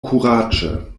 kuraĝe